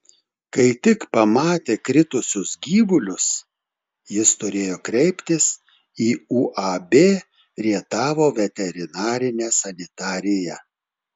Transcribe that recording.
kai tik pamatė kritusius gyvulius jis turėjo kreiptis į uab rietavo veterinarinę sanitariją